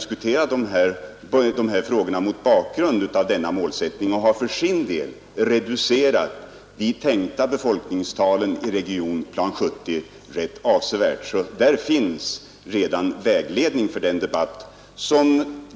skissen till att diskutera dessa frågor mot bakgrunden av den målsättningen, och riksplan i vad avlänsstyrelsen har för sin del rätt avsevärt reducerat de befolkningstal från HÅ Stockholms in vilka man utgår i Regionplan 70. Där finns alltså redan vägledning för den,